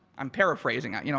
i'm paraphrasing it. you know